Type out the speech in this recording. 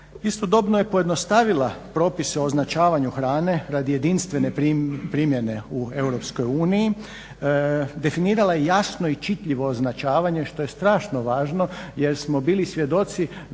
Istodobno je pojednostavila propise o označavanju hrane radi jedinstvene primjene u Europskoj uniji, definirala je jasno i čitljivo označavanje što je strašno važno jer smo bili svjedoci da